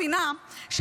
הרי מה שהיא לא מבינה,